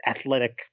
athletic